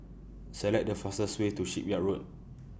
Select The fastest Way to Shipyard Road